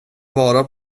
vara